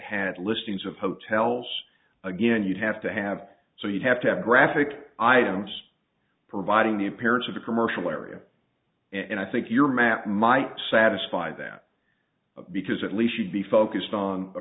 had listings of hotels again you'd have to have so you have to have graphic items providing the appearance of the commercial area and i think your map might satisfy that because at least you'd be focused on a